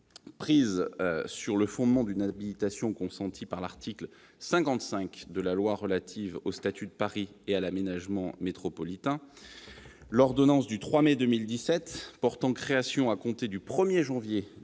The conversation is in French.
Prise sur le fondement d'une habilitation consentie par l'article 55 de la loi relative au statut de Paris et à l'aménagement métropolitain, l'ordonnance du 3 mai 2017 portant création, à compter du 1 janvier 2018,